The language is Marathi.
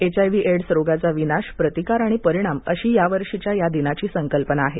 एचआयवीह एड्स रोगाचा विनाशः प्रतिकार आणि परिणाम अशी यावर्षी या दिनाची संकल्पना आहे